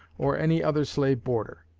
or any other slave border.